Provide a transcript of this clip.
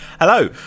Hello